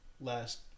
last